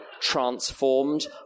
transformed